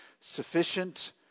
Sufficient